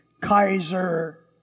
Kaiser